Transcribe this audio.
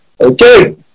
Okay